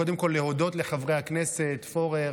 קודם כול להודות לחברי הכנסת פורר,